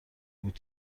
بود